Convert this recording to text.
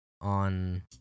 on